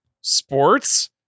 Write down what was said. sports